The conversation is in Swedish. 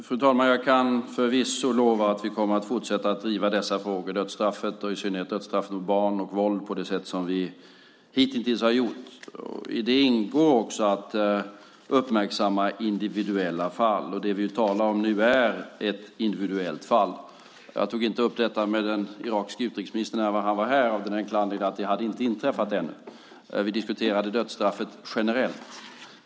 Fru talman! Jag kan förvisso lova att vi kommer att fortsätta att driva dessa frågor - frågan om dödsstraffet, i synnerhet dödsstraff mot barn, samt frågan om våld - på det sätt som vi hittills gjort. I det ingår att även uppmärksamma individuella fall, och det vi nu talar om gäller ett individuellt fall. Jag tog inte upp det fallet med den irakiske utrikesministern när han var här av den enkla anledningen att det ännu inte hade inträffat. Vi diskuterade dödsstraffet generellt.